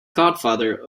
godfather